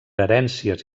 herències